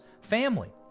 family